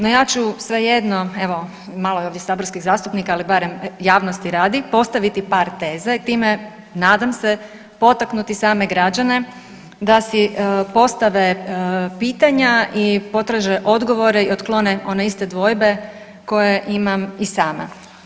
No, ja ću svejedno evo malo je ovdje saborskih zastupnika, ali barem javnosti radi postaviti par teza i time nadam se potaknuti same građane da si postave pitanja i potraže odgovore i otklone one iste dvoje koje imam i sama.